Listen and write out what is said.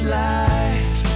life